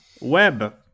Web